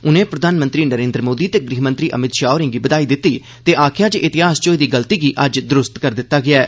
उने प्रधानमंत्री नरेन्द्र मोदी ते गृह मंत्री अमित शाह होरें'गी बघाई दित्ती ते आखेआ जे इतिहास च होई दी गलती गी अज्ज सुधारी दित्ता गेआ ऐ